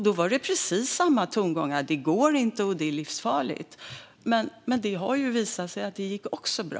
Då var det precis samma tongångar: Det går inte, och det är livsfarligt. Men det har ju visat sig att det gick bra.